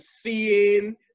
seeing